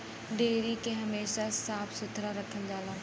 dairy के हमेशा साफ सुथरा रखल जाला